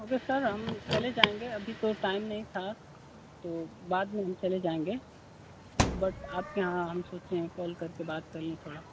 वह तो सर हम चले जाएँगे अभी तो टाइम नहीं था तो बाद में हम चले जाएँगे बट आपके यहाँ हम सोचे कॉल करके बात कर लें थोड़ा